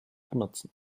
benutzen